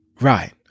Right